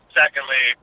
secondly